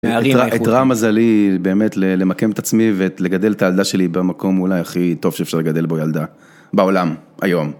איתרע מזלי באמת למקם את עצמי ולגדל את הילדה שלי במקום אולי הכי טוב שאפשר לגדל בו ילדה בעולם היום.